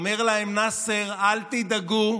אומר להם נאצר: אל תדאגו,